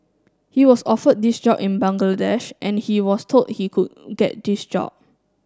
he was offered this job in Bangladesh and he was told he could get this job